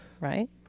right